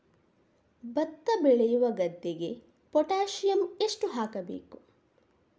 ಭತ್ತ ಬೆಳೆಯುವ ಗದ್ದೆಗೆ ಪೊಟ್ಯಾಸಿಯಂ ಎಷ್ಟು ಹಾಕಬೇಕು?